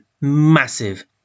massive